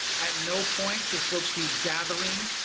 at no point should folks be gathering.